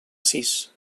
sis